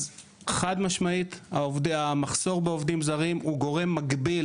אז חד-משמעית המחסור בעובדים זרים הוא גורם מגביל